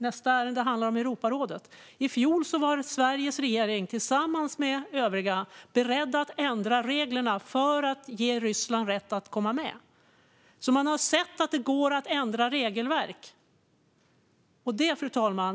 Nästa ärende handlar om Europarådet. I fjol, fru talman, var Sveriges regering tillsammans med övriga beredda att ändra reglerna för att ge Ryssland rätt att komma med. Man har alltså sett att det går att ändra regelverk. Fru talman!